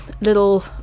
little